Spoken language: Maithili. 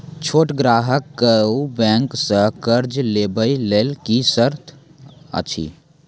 छोट ग्राहक कअ बैंक सऽ कर्ज लेवाक लेल की सर्त अछि?